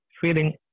feeling